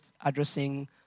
addressing